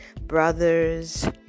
brothers